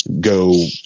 go